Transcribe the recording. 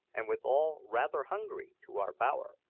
and withal rather hungry, to our bower.